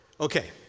Okay